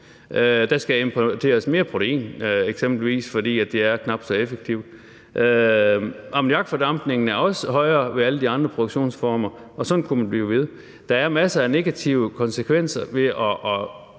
importeres mere protein, fordi de er knap så effektive. Ammoniakfordampningen er også højere ved alle de andre produktionsformer, og sådan kunne man blive ved. Der er masser af negative konsekvenser ved at